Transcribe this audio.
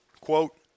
quote